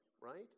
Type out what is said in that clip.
right